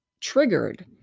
triggered